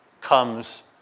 comes